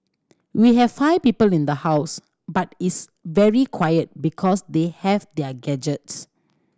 we have five people in the house but it's very quiet because they have their gadgets